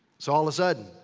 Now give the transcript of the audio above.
so all the sudden,